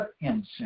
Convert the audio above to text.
incense